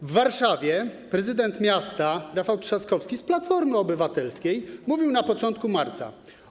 W Warszawie prezydent miasta Rafał Trzaskowski, z Platformy Obywatelskiej, mówił na początku marca: